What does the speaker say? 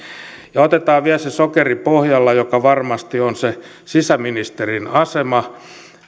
otetaan vielä se sokeri pohjalla joka varmasti on se sisäministerin asema